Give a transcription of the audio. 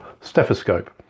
stethoscope